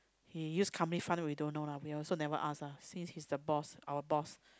he use company fund we don't know lah we also never ask lah since he's the boss our boss